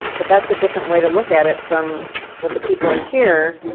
but that's a different way to look at it from what the people and here,